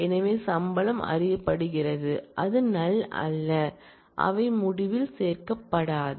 எனவே சம்பளம் அறியப்படுகிறது அது நல் அல்ல அவை முடிவில் சேர்க்கப்படாது